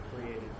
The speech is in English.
created